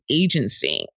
agency